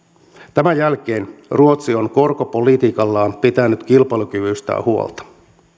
tämän jälkeen ruotsi on korkopolitiikallaan pitänyt kilpailukyvystään huolta